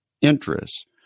interest